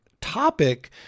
topic